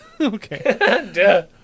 Okay